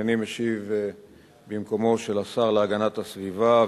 הנני משיב במקומו של השר להגנת הסביבה,